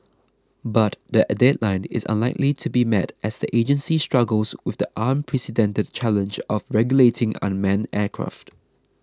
but the a deadline is unlikely to be met as the agency struggles with the unprecedented challenge of regulating unmanned aircraft